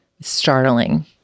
startling